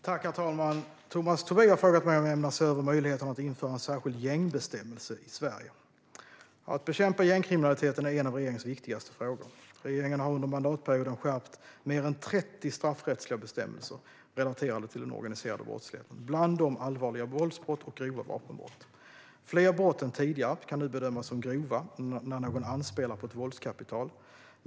Herr talman! Tomas Tobé har frågat mig om jag ämnar se över möjligheterna att införa en särskild gängbestämmelse i Sverige. Att bekämpa gängkriminaliteten är en av regeringens viktigaste frågor. Regeringen har under mandatperioden skärpt mer än 30 straffrättsliga bestämmelser relaterade till den organiserade brottsligheten, bland dem allvarliga våldsbrott och grova vapenbrott. Fler brott än tidigare kan nu bedömas som grova när någon anspelar på ett våldskapital.